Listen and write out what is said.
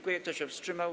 Kto się wstrzymał?